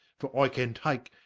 for i can take,